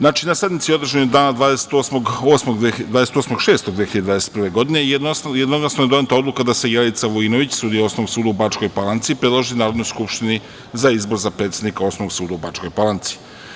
Na sednici održanoj dana 28.6.2021. godine jednoglasno je doneta odluka da se Jelica Vujinović, sudija Osnovnog suda u Bačkoj Palanci, predloži Narodnoj skupštini za izbor za predsednika Osnovnog suda u Bačkoj Palanci.